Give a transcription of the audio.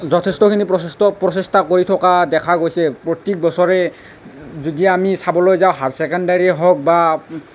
যথেষ্টখিনি প্ৰচেষ্ট প্ৰচেষ্টা কৰি থকা দেখা গৈছে প্ৰত্যেক বছৰে যদি আমি চাবলৈ যাওঁ হায়াৰ ছেকেণ্ডাৰী হওক বা